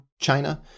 china